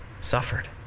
suffered